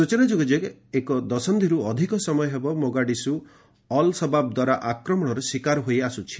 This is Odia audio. ସ୍ଚଚନା ଯୋଗ୍ୟ ଯେ ଗତ ଏକଦଶନ୍ଧିରୁ ଅଧିକ ସମୟ ହେବ ମୋଗାଡ଼ିଶୁ ଅଲ୍ ସବାବ ଦ୍ୱାରା ଆକ୍ରମଣର ଶିକାର ହୋଇଆସୁଛି